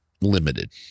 limited